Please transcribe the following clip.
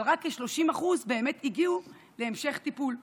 אבל רק כ-30% באמת הגיעו להמשך טיפול,